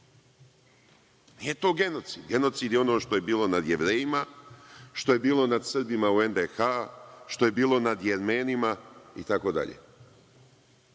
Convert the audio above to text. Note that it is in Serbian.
Nije to genocid. Genocid je ono što je bilo nad Jevrejima, što je bilo nad Srbima u NDH, što je bilo nad Jermenima itd.